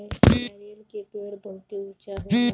नरियर के पेड़ बहुते ऊँचा होला